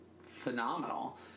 phenomenal